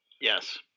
Yes